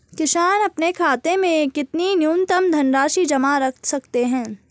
किसान अपने खाते में कितनी न्यूनतम धनराशि जमा रख सकते हैं?